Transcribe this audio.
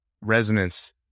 resonance